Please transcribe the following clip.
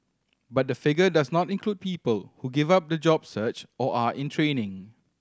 but the figure does not include people who give up the job search or are in training